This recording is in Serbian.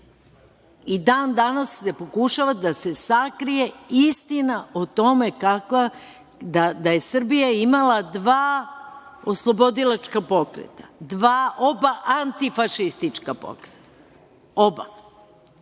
I dan-danas se pokušava da se sakrije istina o tome da je Srbija imala dva oslobodilačka pokreta, oba antifašistička pokreta, oba,